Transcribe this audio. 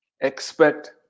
expect